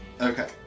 Okay